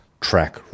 track